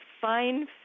fine